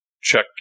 check